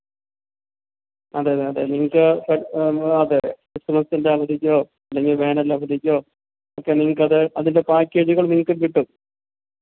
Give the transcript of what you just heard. അതേയതെ അതെ നിങ്ങൾക്ക് അതെ ക്രിസ്മസിൻ്റെ അവധിക്കോ അല്ലെങ്കിൽ വേനലവധിക്കോ ഒക്കെ നിങ്ങൾക്കത് അതിൻ്റെ പാക്കേജുകൾ നിങ്ങൾക്ക് കിട്ടും